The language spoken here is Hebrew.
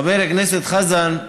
חבר הכנסת חזן,